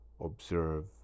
observe